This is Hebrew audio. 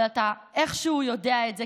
אבל אתה איכשהו יודע את זה,